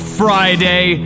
friday